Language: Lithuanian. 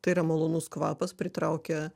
tai yra malonus kvapas pritraukia